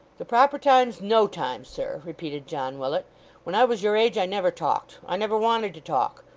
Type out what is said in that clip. the proper time's no time, sir repeated john willet when i was your age i never talked, i never wanted to talk.